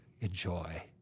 Enjoy